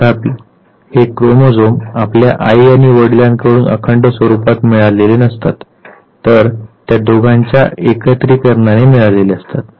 तथापि हे क्रोमोझोम आपल्याला आई आणि वडिलांकडून अखंड स्वरुपात मिळालेले नसतात तर त्या दोघांच्या एकत्रीकरणाने मिळालेले असतात